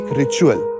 ritual